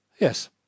Yes